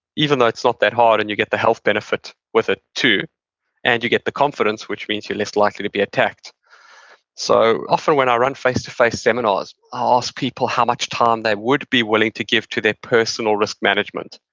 even though it's not that hard and you get the health benefit with it, too and you get the confidence, which means you're less likely to be attacked so, often when i run face-to-face seminars, i ask people how much time they would be willing to give to their personal risk management.